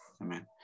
amen